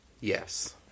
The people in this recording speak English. Yes